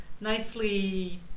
nicely